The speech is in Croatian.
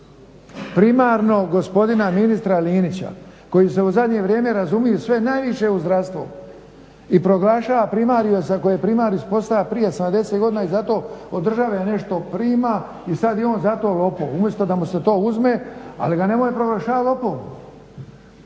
primarno gospodina ministra Linića koji se u zadnje vrijeme razumije u sve a najviše u zdravstvo. I proglašava primariusa koji je primarius postao prije 70 godina i za to od države nešto prima i sad je on zato lopov umjesto da mu se to uzme ali ga nemoj proglašavati lopovom.